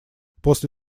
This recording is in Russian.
после